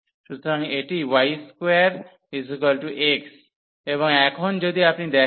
সুতরাং এটি y2x এবং এখন যদি আপনি দেখেন